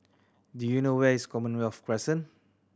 do you know where is Commonwealth Crescent